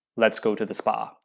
let's go to the spa.